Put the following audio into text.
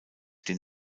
den